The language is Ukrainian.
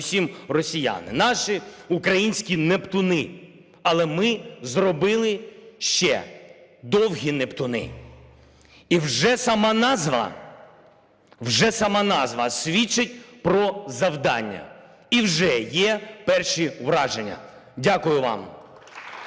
передусім росіяни, наші українські "нептуни", але ми зробили ще довгі "нептуни". І вже сама назва, вже сама назва свідчить про завдання. І вже є перші враження. Дякую вам!